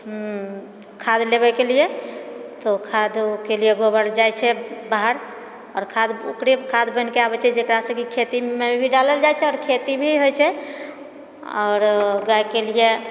खाद्य लेबएकेलिए तऽ खाद्यके लिए गोबर जाइत छै बाहर आओर खाद्य ओकरे खाद बनिके आबैत छै जकरासँ कि खेतीमे भी डालल जाइत छै आओर खेती भी होइत छै आओर गायके लिए